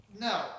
No